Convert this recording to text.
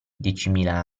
diecimila